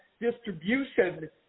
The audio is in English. distribution